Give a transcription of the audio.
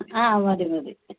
ആ മതി മതി